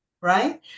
right